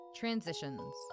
Transitions